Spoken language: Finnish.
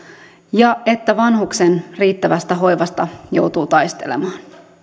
ja että vanhuksen riittävästä hoivasta joutuu taistelemaan